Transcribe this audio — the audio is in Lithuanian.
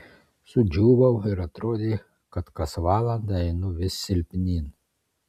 sudžiūvau ir atrodė kad kas valandą einu vis silpnyn